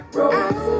roads